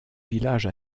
village